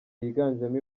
yiganjemo